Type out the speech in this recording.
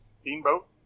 steamboat